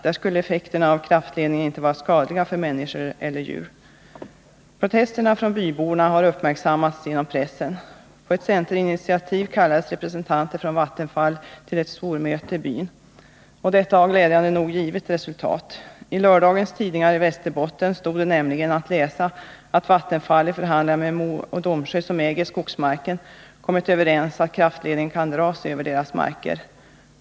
Där skulle effekterna av kraftledningen inte vara skadliga för människor eller djur. Protesterna från byborna har uppmärksammats genom pressen. På ett centerinitiativ kallades representanter för Vattenfall till ett stormöte i byn. Detta har glädjande nog givit resultat. I lördagens tidningar i Västerbotten stod det nämligen att läsa att Vattenfall och Mo och Domsjö — som äger skogsmarken — i förhandlingar kommit överens om att kraftledningen kan dras över företagets marker.